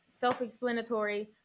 self-explanatory